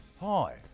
Hi